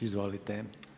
Izvolite.